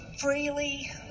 freely